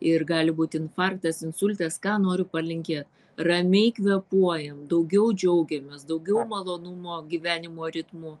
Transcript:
ir gali būti infarktas insultas ką noriu palinkėt ramiai kvėpuojam daugiau džiaugiamės daugiau malonumo gyvenimo ritmu